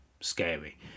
scary